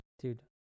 Dude